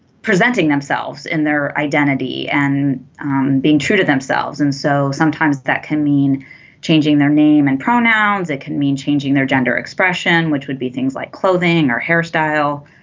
presenting themselves in their identity and being true to themselves and so sometimes that can mean changing their name and pronouns it can mean changing their gender expression which would be things like clothing or hairstyle.